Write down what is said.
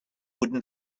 wooden